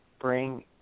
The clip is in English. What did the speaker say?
bring